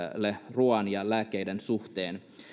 ruoan ja lääkkeiden suhteen